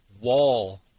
wall